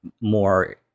more